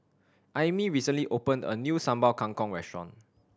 Aimee recently opened a new Sambal Kangkong restaurant